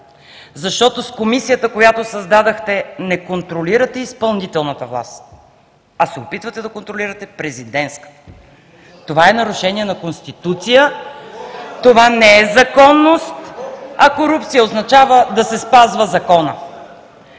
защото с Комисията, която създадохте, не контролирате изпълнителната власт, а се опитвате да контролирате президентската. Това е нарушение на Конституция (шум и реплики от ГЕРБ), това не е законност, а корупция означава да се спазва законът.